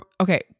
okay